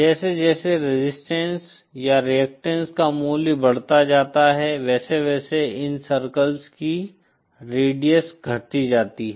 जैसे जैसे रेजिस्टेंस या रेअक्टैन्ट्स का मूल्य बढ़ता जाता है वैसे वैसे इन सर्कल्स की रेडियस घटती जाती है